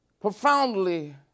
profoundly